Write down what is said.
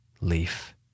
leaf